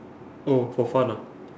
oh for fun ah